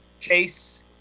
Chase